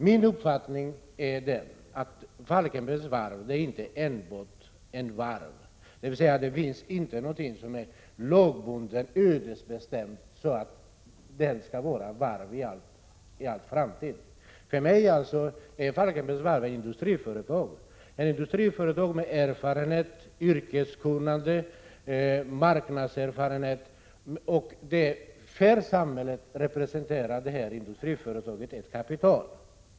Min uppfattning är att Falkenbergs Varv inte enbart är ett varv — det är inte lagbundet eller ödesbestämt att det skall vara varv i all framtid. För mig är Falkenbergs Varv ett industriföretag, med erfarenhet, yrkeskunnande och marknadserfarenhet. För samhället representerar det industriföretaget ett kapital.